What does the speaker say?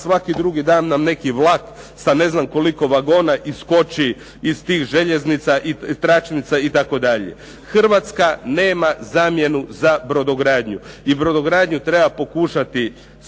Hrvatska nema zamjenu za brodogradnju i brodogradnju treba pokušati spasiti.